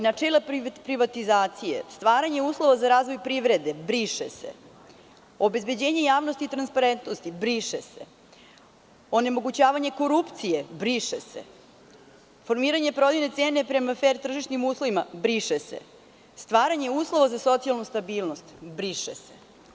Načela privatizacije, stvaranje uslova za razvoj privrede – briše se, obezbeđenje javnosti i transparentnosti – briše se, onemogućavanje korupcije – briše se, formiranje prodajne cene prema fer tržišnim uslovima – briše se, stvaranje uslova za socijalnu stabilnost – briše se.